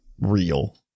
real